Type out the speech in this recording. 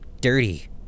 dirty